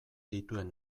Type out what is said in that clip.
dituen